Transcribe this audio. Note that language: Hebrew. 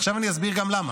עכשיו אני אסביר גם למה.